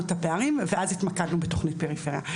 את הפערים ואז התמקדנו בתכנית פריפריה.